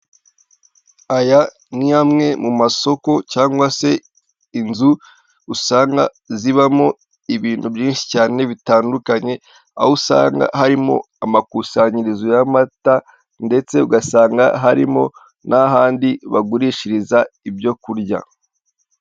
Aya ni amwe mu masoko cyangwa se inzu usanga zibamo ibintu byinshi cyane bitandukanye aho usanga harimo amakusanyirizo y'amata ndetse ugasanga harimo n'ahandi bagurishiriza ibyo kurya.